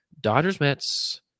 Dodgers-Mets